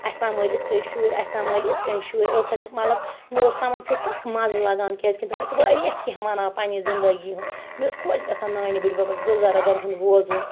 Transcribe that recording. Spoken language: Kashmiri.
اَسہِ سَمبٲلۍ یِتھ کٕنۍ شُرۍ اسہِ سَمبٲلۍ یِتھ کٕنۍ شُرۍ ٲسکھ بہٕ مَطلَب مےٚ اوس تِمَن سۭتۍ سخ مَزٕ لَگان کیازکہِ تِم ٲسۍ وارِیاہ کینٛہہ وَنان پَننہِ زِندگی ہُنٛد مےٚ اوس خۄش گَژھان نانہِ بٕڈبَبَس بٕزَرگَن ہُنٛد بوزُن